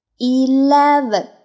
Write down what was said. Eleven